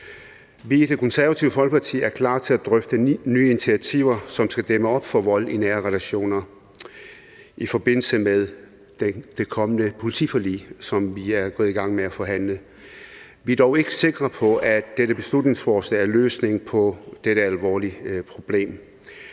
Vi i Det Konservative Folkeparti er klar til at drøfte nye initiativer, som skal dæmme op for vold i nære relationer, i forbindelse med det kommende politiforlig, som vi er gået i gang med at forhandle. Vi er dog ikke sikre på, at dette beslutningsforslag er løsningen på det her alvorlige problem.